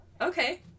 Okay